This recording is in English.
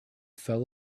fell